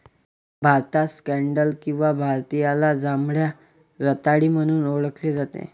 भारतात स्कँडल किंवा भारतीयाला जांभळ्या रताळी म्हणून ओळखले जाते